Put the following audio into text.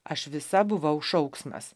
aš visa buvau šauksmas